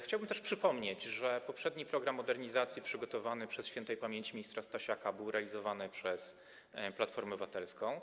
Chciałbym też przypomnieć, że poprzedni program modernizacji, przygotowany przez śp. ministra Stasiaka, był realizowany przez Platformę Obywatelską.